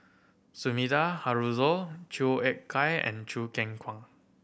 Sumida Haruzo Chua Ek Kay and Choo Keng Kwang